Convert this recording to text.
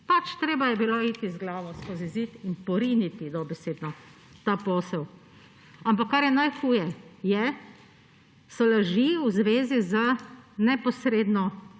ne. Treba je bilo iti z glavo skozi zid in poriniti, dobesedno, ta posel. Kar je najhuje, so laži v zvezi z neposredno